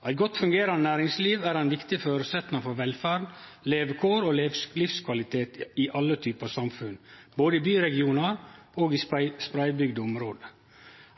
Eit godt fungerande næringsliv er ein viktig føresetnad for velferd, levekår og livskvalitet i alle typar samfunn, både byregionar og spreiddbygde område.